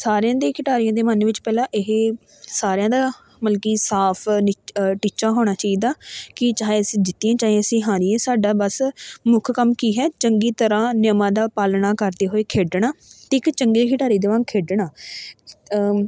ਸਾਰਿਆਂ ਦੇ ਖਿਡਾਰੀਆਂ ਦੇ ਮਨ ਵਿੱਚ ਪਹਿਲਾਂ ਇਹ ਸਾਰਿਆਂ ਦਾ ਮਤਲਬ ਕਿ ਸਾਫ ਨਿ ਟੀਚਾ ਹੋਣਾ ਚਾਹੀਦਾ ਕਿ ਚਾਹੇ ਅਸੀਂ ਜਿੱਤੀਏ ਚਾਹੇ ਅਸੀਂ ਹਾਰੀਏ ਸਾਡਾ ਬਸ ਮੁੱਖ ਕੰਮ ਕੀ ਹੈ ਚੰਗੀ ਤਰ੍ਹਾਂ ਨਿਯਮਾਂ ਦਾ ਪਾਲਣਾ ਕਰਦੇ ਹੋਏ ਖੇਡਣਾ ਅਤੇ ਇੱਕ ਚੰਗੇ ਖਿਡਾਰੀ ਦੇ ਵਾਂਗ ਖੇਡਣਾ